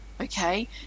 Okay